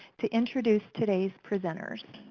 to introduce today's presenters.